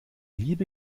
liebe